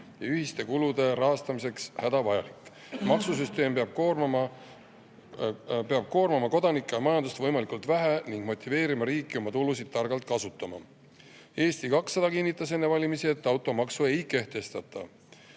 ja ühiste kulude rahastamiseks hädavajalik. Maksusüsteem peab koormama kodanikke ja majandust võimalikult vähe ning motiveerima riiki oma tulusid targalt kasutama." Eesti 200 kinnitas enne valimisi, et automaksu ei kehtestata: